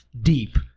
deep